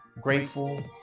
grateful